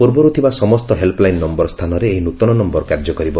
ପୂର୍ବରୁ ଥିବା ସମସ୍ତ ହେଲ୍ପ ଲାଇନ ନୟର ସ୍ଥାନରେ ଏହି ନ୍ତନ ନୟର କାର୍ଯ୍ୟ କରିବ